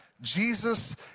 Jesus